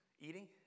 eating